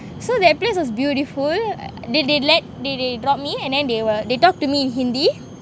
so that place was beautiful they they let they they drop me and and they were they talk to me in hindi